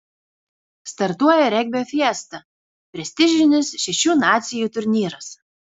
startuoja regbio fiesta prestižinis šešių nacijų turnyras